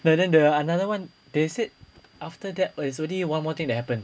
ya then the another one they said after that but it's only one more thing that happened